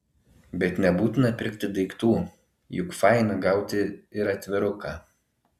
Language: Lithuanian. bet nebūtina pirkti daiktų juk faina gauti ir atviruką